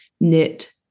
knit